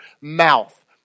mouth